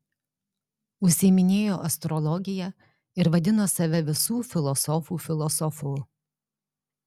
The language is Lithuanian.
užsiiminėjo astrologija ir vadino save visų filosofų filosofu